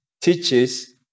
teaches